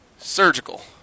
Surgical